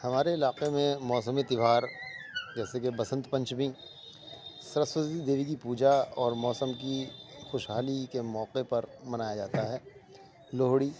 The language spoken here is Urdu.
ہمارے علاقے میں موسمی تہوار جیسے کہ بسنت پنچمی سرسوتی دیوی کی پوجا اور موسم کی خوشحالی کے موقعے پر منایا جاتا ہے لوہڑی